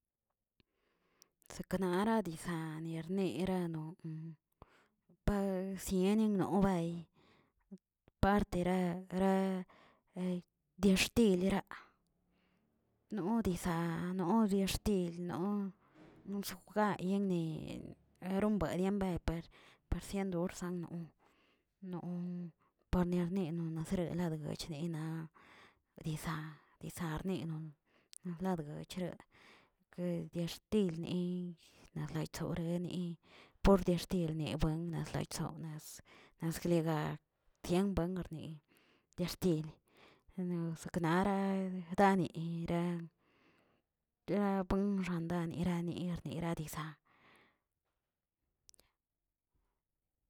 Seknara disaa ernerano pasieni nobay partera- ra de xtil yiraꞌ no dizaa no de xtil no nosonjayene erombiay dembey pe- persiando rsando, no narnino nasreel degachinina disa disarnenon ladgb bichero ke de xtilnila naytsorene por de axtilne buen latsaysonneꞌ latsliga tiempbangarni daa xtili, naꞌ saknaraꞌ daneyiraꞌ rambuen xandarina niernira dizaa.